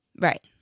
right